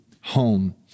home